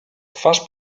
twarz